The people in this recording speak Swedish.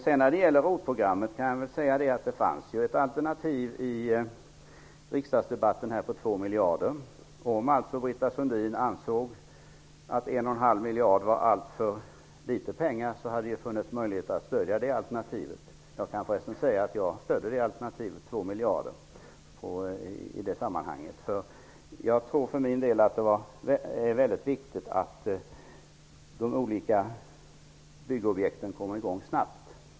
När det sedan gäller ROT-programmet fördes i riksdagsdebatten fram ett alternativ om 2 miljarder. Om Britta Sundin ansåg att 1,5 miljard var alltför litet pengar hade det funnits möjlighet att stödja det alternativet. Jag kan förresten säga att jag i detta sammanhang stödde alternativet om 2 miljarder. Jag tror för min del att det är mycket viktigt att de olika byggobjekten kommer i gång snabbt.